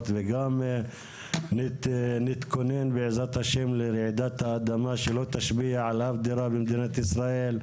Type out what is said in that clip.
וגם נתכונן בעזרת ה' לרעידת אדמה שלא תשפיע על אף דירה במדינת ישראל.